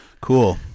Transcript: Cool